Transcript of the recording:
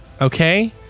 okay